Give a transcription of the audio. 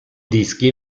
dischi